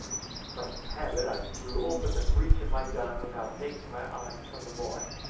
from habit i threw open the breech of my gun without taking my eyes from the boy,